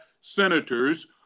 senators